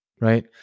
Right